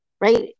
right